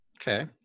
Okay